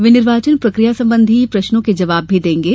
वे निर्वाचन प्रक्रिया सम्बन्धी प्रश्नों के जवाब भी देंगे